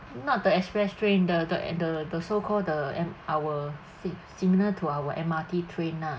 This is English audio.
not the express train the the and the the so called the M~ our si~ similar to our M_R_T train lah